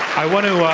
i want to ah